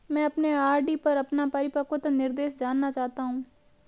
मैं अपने आर.डी पर अपना परिपक्वता निर्देश जानना चाहता हूं